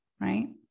right